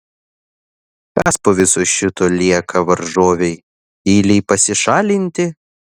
kas po viso šito lieka varžovei tyliai pasišalinti